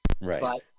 Right